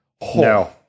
No